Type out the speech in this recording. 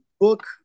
book